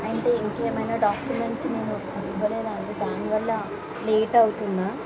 అయింటే ఇంకేమైనా డాక్యుమెంట్స్ నేను ఇవ్వలేదు అండి దానివల్ల లేట్ అవుతుందా